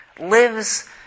lives